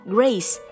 Grace